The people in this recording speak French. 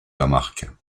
lamarque